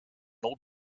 old